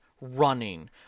running